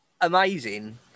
amazing